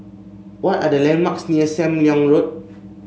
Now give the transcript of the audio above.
what are the landmarks near Sam Leong Road